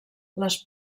les